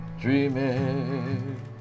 dreaming